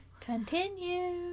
Continue